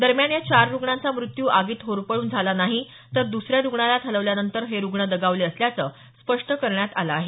दरम्यान या चार रुग्णांचा मृत्यू आगीत होरपळून झाला नाही तर दुसऱ्या रुग्णालयात हलवल्यानंतर हे रुग्ण दगावले असल्याचं स्पष्ट करण्यात आलं आहे